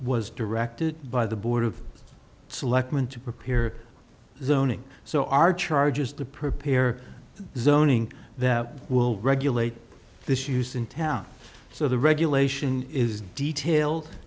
was directed by the board of selectmen to prepare zoning so our charge is to prepare zoning that will regulate this use in town so the regulation is detailed